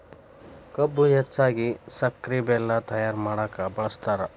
ಕಬ್ಬು ಹೆಚ್ಚಾಗಿ ಸಕ್ರೆ ಬೆಲ್ಲ ತಯ್ಯಾರ ಮಾಡಕ ಬಳ್ಸತಾರ